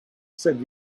said